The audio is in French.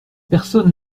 personne